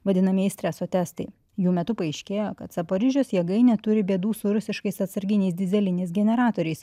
vadinamieji streso testai jų metu paaiškėjo kad zaparyžios jėgainė turi bėdų su rusiškais atsarginiais dyzeliniais generatoriais